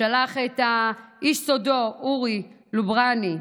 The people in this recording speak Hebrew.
ששלח את איש סודו, אורי לוברני,